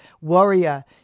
Warrior